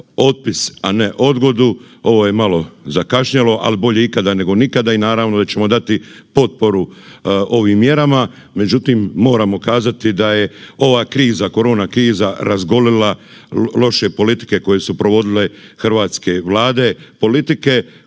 otpis, a ne odgodu, ovo je malo zakašnjelo, ali bolje ikada nego nikada i naravno da ćemo dati potporu ovim mjerama. Međutim, moramo kazati da je ova kriza, korona kriza razgolila loše politike koje su provodile hrvatske vlade. Politike koje u